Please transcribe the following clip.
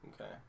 Okay